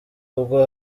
ubwo